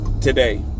today